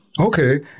Okay